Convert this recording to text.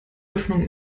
öffnung